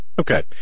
Okay